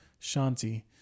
Shanti